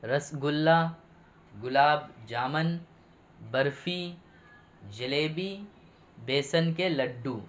رس گلا گلاب جامن برفی جلیبی بیسن کے لڈو